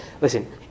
listen